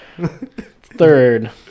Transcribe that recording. Third